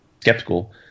skeptical